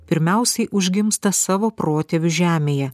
pirmiausiai užgimsta savo protėvių žemėje